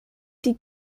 die